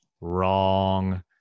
Wrong